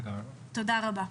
תודה רבה.